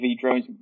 drones